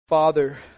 Father